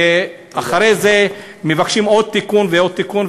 ואחרי זה מבקשים עוד תיקון ועוד תיקון,